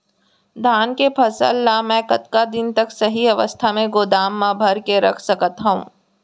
धान के फसल ला मै कतका दिन तक सही अवस्था में गोदाम मा भर के रख सकत हव?